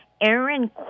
Aaron